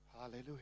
Hallelujah